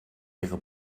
ihre